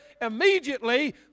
Immediately